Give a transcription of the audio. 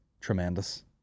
Tremendous